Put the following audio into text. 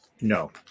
no